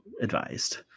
Advised